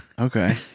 Okay